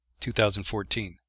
2014